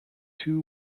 two